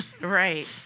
right